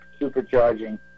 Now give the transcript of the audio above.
supercharging